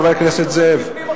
חבר הכנסת זאב?